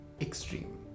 extreme